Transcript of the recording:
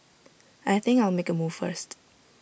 I think I'll make A move first